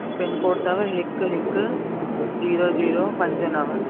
pin code अथव हिकु हिकु ज़ीरो ज़ीरो पंज नव